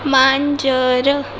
मांजर